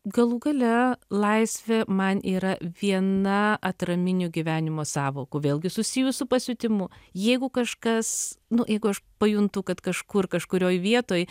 galų gale laisvė man yra viena atraminių gyvenimo sąvokų vėlgi susijus su pasiuntimu jeigu kažkas nu jeigu aš pajuntu kad kažkur kažkurioj vietoj